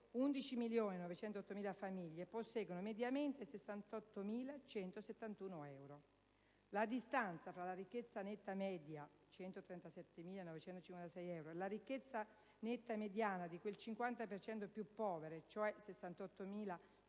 11.908.000 famiglie posseggono mediamente 68.171 euro. La distanza tra la ricchezza netta media (137.956 euro) e la ricchezza netta mediana di quel 50 per cento più povero (cioè 68.171